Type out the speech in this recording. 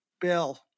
Bill